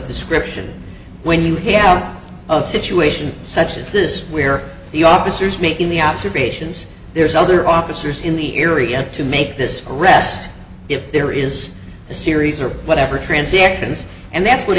description when you have a situation such as this where the officers meet in the observations there is other officers in the area to make this arrest if there is a series or whatever transactions and that's what